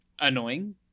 annoying